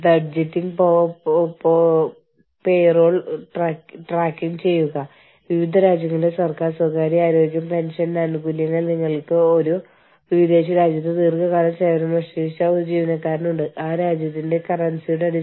അതായത് വിദേശത്ത് താമസിക്കാനുള്ള സന്ദർശകന്റെ ഉദ്ദേശ്യമാണ് വിസ അത് മാതൃരാജ്യ പൌരന്മാർക്ക് ആ രാജ്യത്ത് വന്ന് ജോലി ചെയ്യാൻ ആതിഥേയ രാജ്യം നൽകുന്ന അനുമതിയാണ്